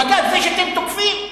ואתם תוקפים.